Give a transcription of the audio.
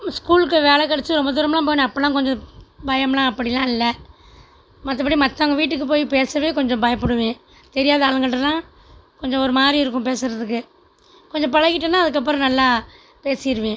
ஸ்கூலுக்கு வேலை கெடச்சு ரொம்ப தூரம்லாம் போனேன் அப்போல்லாம் கொஞ்சம் பயம்லாம் அப்படிலாம் இல்லை மற்றபடி மற்றவங்க வீட்டுக்கு போய் பேச கொஞ்சம் பயப்படுவேன் தெரியாத ஆளுங்கிட்டல்லாம் கொஞ்சம் ஒரு மாதிரி இருக்கும் பேசறதுக்கு கொஞ்சம் பழகிட்டோனால் அதுக்கு அப்புறம் நல்லா பேசிடுவேன்